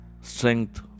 strength